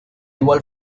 igual